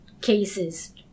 cases